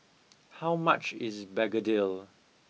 how much is begedil